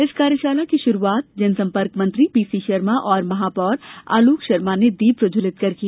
इस कार्यशाला की शुरूआत जनसंपर्क मंत्री पीसी शर्मा और महापौर आलोक शर्मा ने दीप प्रज्ज्वलित कर की